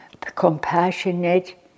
compassionate